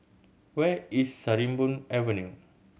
where is Sarimbun Avenue